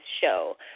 show